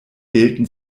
gelten